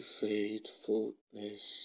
faithfulness